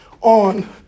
on